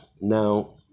now